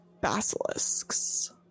basilisks